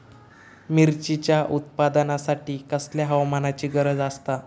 मिरचीच्या उत्पादनासाठी कसल्या हवामानाची गरज आसता?